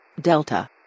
Delta